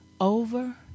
over